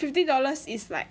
fifty dollars is like